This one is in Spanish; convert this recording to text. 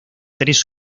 tres